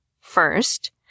First